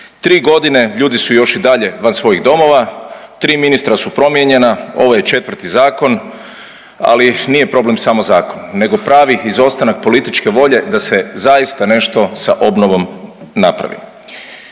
Tri godine ljudi su još i dalje van svojih domova, tri ministra su promijenjena, ovo je četvrti zakon. Ali nije problem samo zakon nego pravi izostanak političke volje da se zaista nešto sa obnovom napravi.